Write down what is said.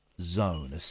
zone